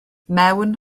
mewn